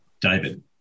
David